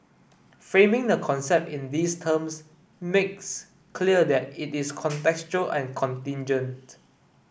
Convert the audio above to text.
framing the concept in these terms makes clear that it is contextual and contingent